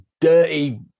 dirty